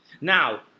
Now